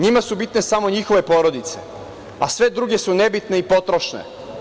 Njima su bitne samo njihove porodice, a sve druge su nebitne i potrošne.